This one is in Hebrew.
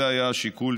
זה היה השיקול,